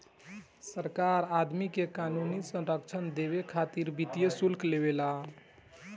सरकार आदमी के क़ानूनी संरक्षण देबे खातिर वित्तीय शुल्क लेवे ला